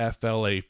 Fla